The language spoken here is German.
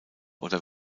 oder